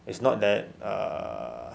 it's not that err